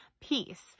peace